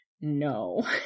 no